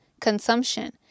consumption